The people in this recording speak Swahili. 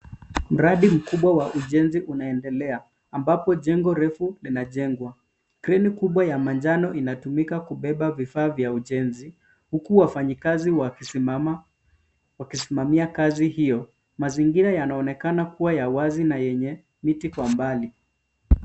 Mradi mkubwa wa ujenzi unaendelea ambapo jengo refu linajengwa. Kreni kubwa ya manjano inatumika kubeba vifaa vya ujenzi, huku wafanyikazi wakisimama, wakisimamia kazi hiyo. Mazingira yanaonekana kuwa ya wazi na yenye miti kwa mbali.